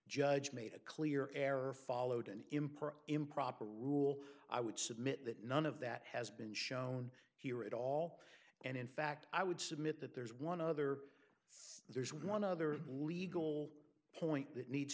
judge made a clear error followed an improper improper rule i would submit that none of that has been shown here at all and in fact i would submit that there's one other there's one other legal point that needs